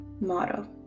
motto